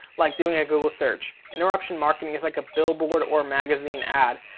like doing a google search. interruption marketing is like a billboard or magazine ad.